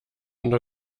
unter